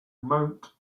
mount